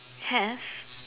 have